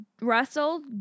Russell